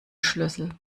schlüssel